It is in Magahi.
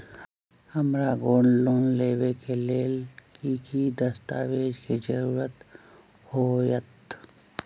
हमरा गोल्ड लोन लेबे के लेल कि कि दस्ताबेज के जरूरत होयेत?